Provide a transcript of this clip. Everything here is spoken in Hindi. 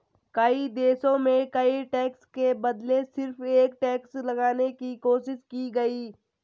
कई देशों में कई टैक्स के बदले सिर्फ एक टैक्स लगाने की कोशिश की गयी